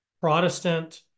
Protestant